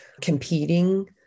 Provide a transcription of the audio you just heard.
competing